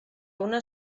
una